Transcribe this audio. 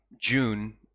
June